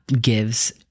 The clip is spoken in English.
gives